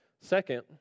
Second